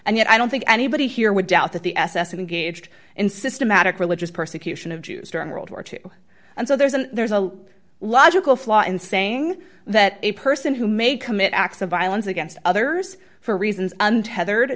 and yet i don't think anybody here would doubt that the s s engaged in systematic religious persecution of jews during world war two and so there's a there's a logical flaw in saying that a person who may commit acts of violence against others for reasons